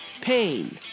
pain